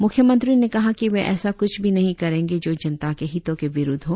मुख्यमंत्री ने कहा कि वे ऐसा कुछ भी नही करेंगे जो जनता के हितों के विरुद्ध हो